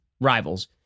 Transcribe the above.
rivals